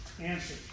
Answer